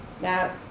Now